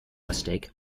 mistake